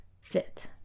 fit